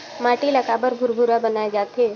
माटी ला काबर भुरभुरा बनाय जाथे?